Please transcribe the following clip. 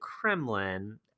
Kremlin